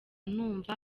numva